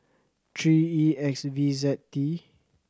three E X V Z T